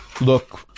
look